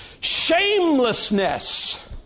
Shamelessness